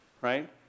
right